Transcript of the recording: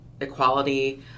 equality